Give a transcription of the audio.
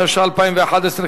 התשע"א 2011,